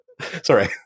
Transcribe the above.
Sorry